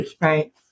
Right